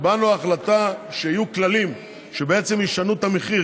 קיבלנו החלטה שיהיו כללים שבעצם ישנו את המחיר,